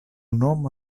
nomo